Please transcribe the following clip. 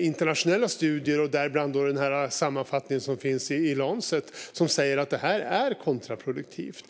internationella studier, däribland den sammanfattning som finns i The Lancet och som säger att detta är kontraproduktivt.